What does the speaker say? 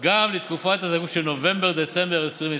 גם לתקופת הזכאות של נובמבר-דצמבר 2020,